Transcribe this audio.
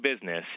business